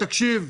תקשיב.